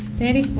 sandy